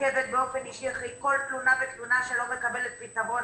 עוקבת באופן אישי אחרי כל תלונה ותלונה שלא מקבלת פתרון,